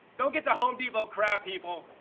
don't get the home depot crap people.